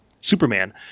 Superman